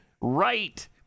Right